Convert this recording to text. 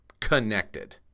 connected